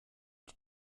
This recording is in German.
die